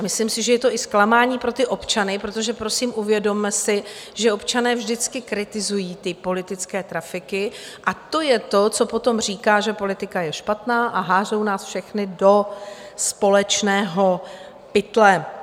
Myslím si, že je to i zklamání pro ty občany, protože prosím, uvědomme si, že občané vždycky kritizují politické trafiky, a to je to, co potom říká, že politika je špatná, a házejí nás všechny do společného pytle.